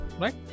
right